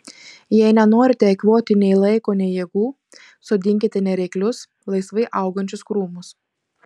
jei nenorite eikvoti nei laiko nei jėgų sodinkite nereiklius laisvai augančius krūmus